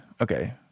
Okay